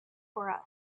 for